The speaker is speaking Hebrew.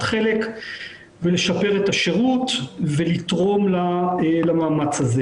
חלק ולשפר את השירות ולתרום למאמץ הזה.